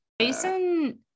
Jason